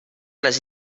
les